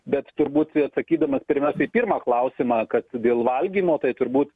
bet turbūt atsakydamas pirmiausia į pirmą klausimą kas dėl valgymo tai turbūt